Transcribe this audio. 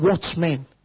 watchmen